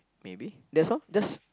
maybe that's all that's